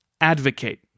advocate